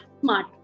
smart